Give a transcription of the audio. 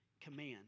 command